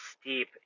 steep